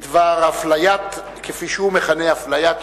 בדבר אפליית יהודים, כפי שהוא מכנה זאת,